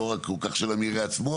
לא כל-כך של המרעה עצמו,